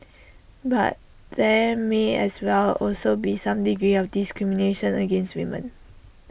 but there may as well also be some degree of discrimination against women